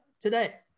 today